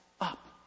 up